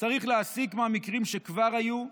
צריך להסיק מהמקרים שכבר היו?